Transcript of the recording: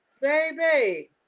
baby